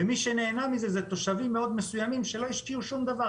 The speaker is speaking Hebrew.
ומי שנהנה מזה אלו תושבים מאוד מסוימים שלא השקיעו שום דבר,